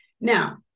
Now